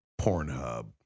Pornhub